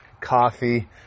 coffee